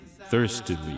thirstily